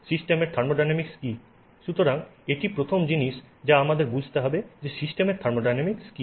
সুতরাং এটি প্রথম জিনিস যা আমাদের বুঝতে হবে যে সিস্টেমের থার্মোডিনামিক্স কি